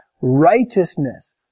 Righteousness